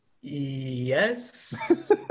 yes